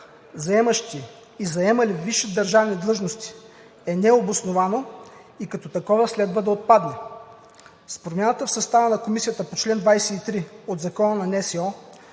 заемащи и заемали висши държавни длъжности, е необосновано и като такова следва да отпадне. С промяната в състава на комисията по чл. 23 от Закона за